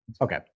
Okay